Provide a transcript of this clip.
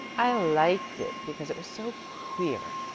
i liked it because it was so queer.